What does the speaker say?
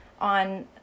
on